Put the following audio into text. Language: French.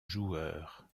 joueur